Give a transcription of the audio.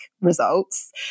results